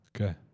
Okay